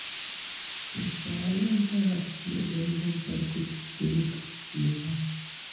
PayPal अंतर्राष्ट्रीय लेनदेन पर कुछ शुल्क लेबा हई